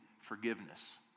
forgiveness